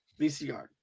VCR